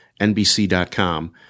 NBC.com